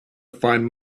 find